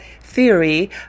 theory